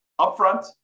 upfront